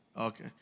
Okay